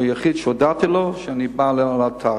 הוא היחיד שהודעתי לו שאני בא לאתר,